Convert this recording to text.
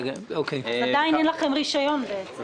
עדיין אין לכם רישיון בעצם.